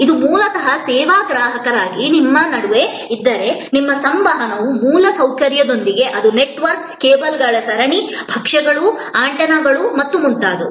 ಇದು ಮೂಲತಃ ಸೇವಾ ಗ್ರಾಹಕರಾಗಿ ನಿಮ್ಮ ನಡುವೆ ಇದ್ದರೆ ನಿಮ್ಮ ಸಂವಹನವು ಮೂಲಸೌಕರ್ಯದೊಂದಿಗೆ ಅದು ನೆಟ್ವರ್ಕ್ ಕೇಬಲ್ಗಳ ಸರಣಿ ಭಕ್ಷ್ಯಗಳು ಆಂಟೆನಾಗಳು ಮತ್ತು ಮುಂತಾದವು